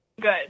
good